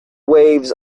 waves